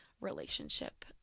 relationship